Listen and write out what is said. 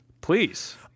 Please